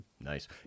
nice